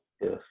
yes